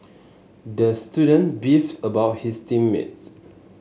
the student beefed about his team mates